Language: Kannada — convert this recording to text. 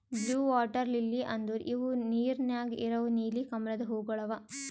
ಬ್ಲೂ ವಾಟರ್ ಲಿಲ್ಲಿ ಅಂದುರ್ ಇವು ನೀರ ನ್ಯಾಗ ಇರವು ನೀಲಿ ಕಮಲದ ಹೂವುಗೊಳ್ ಅವಾ